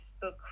book